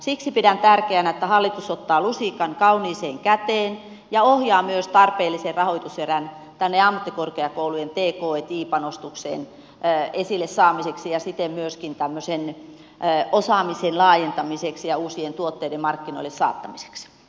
siksi pidän tärkeänä että hallitus ottaa lusikan kauniiseen käteen ja ohjaa myös tarpeellisen rahoituserän ammattikorkeakoulujen t k i panostuksen esille saamiseksi ja siten myöskin tämmöisen osaamisen laajentamiseksi ja uusien tuotteiden markkinoille saattamiseksi